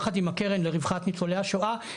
יחד עם הקרן לרווחת ניצולי השואה,